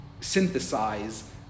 synthesize